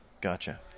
Gotcha